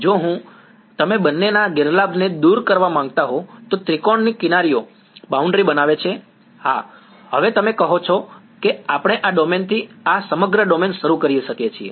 જો હું જો તમે બંનેના ગેરલાભને દૂર કરવા માંગતા હો તો ત્રિકોણની કિનારીઓ બાઉન્ડ્રી બનાવે છે હા હવે તમે કહો છો કે આપણે આ ડોમેન થી આ સમગ્ર ડોમેન શરૂ કરીએ છીએ